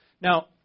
Now